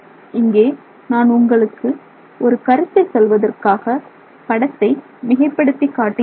இங்கே நான் உங்களுக்கு ஒரு கருத்தை சொல்வதற்காக படத்தை மிகைப்படுத்தி காட்டியிருக்கிறேன்